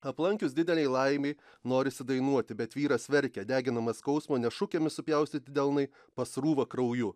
aplankius didelei laimei norisi dainuoti bet vyras verkia deginamas skausmo nes šukėmis supjaustyti delnai pasrūva krauju